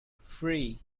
free